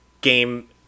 game